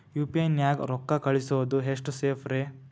UPI ನ್ಯಾಗ ರೊಕ್ಕ ಕಳಿಸೋದು ಎಷ್ಟ ಸೇಫ್ ರೇ?